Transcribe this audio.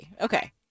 Okay